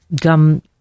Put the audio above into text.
gum